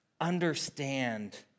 understand